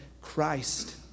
Christ